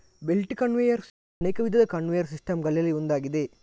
belt conveyor system ಅನೇಕ ವಿಧದ conveyor system ಗಳಲ್ಲಿ ಒಂದಾಗಿದೆ